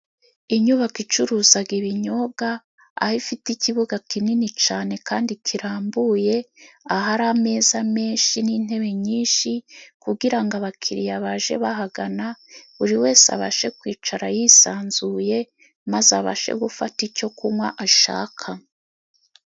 Inyubako icuruza ibinyobwa，aho yo ifite ikibuga kinini cyane kandi kirambuye， ahari ameza menshi n'intebe nyinshi，kugira ngo abakiriya baje bahagana， buri wese abashe kwicara yisanzuye， maze abashe gufata icyo kunywa ashaka.